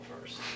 first